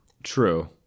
true